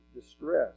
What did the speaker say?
distress